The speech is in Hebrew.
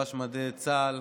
לבש מדי צה"ל.